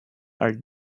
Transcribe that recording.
are